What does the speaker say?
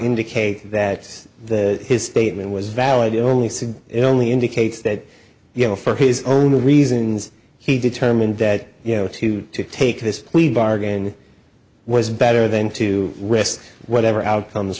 indicate that his statement was valid only six it only indicates that you know for his own reasons he determined that you know to to take this plea bargain was better than to risk whatever outcomes